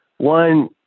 One